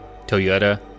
Toyota